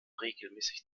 regelmäßig